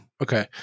okay